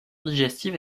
digestive